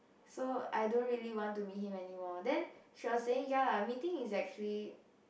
so I don't really want to meet him anymore then she was saying ya lah meeting is actually